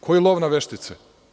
Koji lov na veštice?